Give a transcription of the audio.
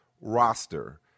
roster